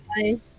Bye